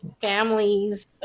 families